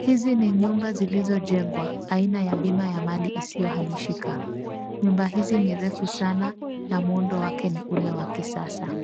Hizi ni nyumba zilizo jengwa aina ya bima ya Mali isiyo hamishika. Nyumba hizi ni refu sana na muundo wake ni ule wa kisasa.